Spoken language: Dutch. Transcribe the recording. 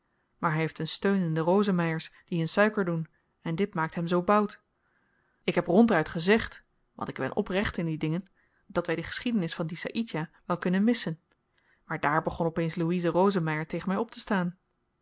maar hy heeft een steun in de rosemeyers die in suiker doen en dit maakt hem zoo boud ik heb ronduit gezegd want ik ben oprecht in die dingen dat wy de geschiedenis van dien saïdjah wel kunnen missen maar daar begon op eens louise rosemeyer tegen my optestaan